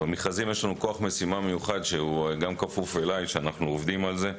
במכרזים יש לנו כוח משימה מיוחד שכפוף אלי ואנחנו עובדים על זה.